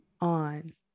on